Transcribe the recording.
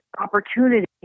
opportunity